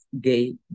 gay